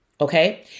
okay